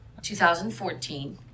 2014